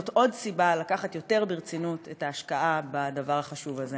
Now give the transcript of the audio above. זאת עוד סיבה לקחת יותר ברצינות את ההשקעה בדבר החשוב הזה.